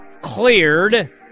cleared